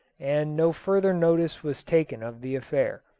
and no further notice was taken of the affair.